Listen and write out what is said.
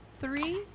three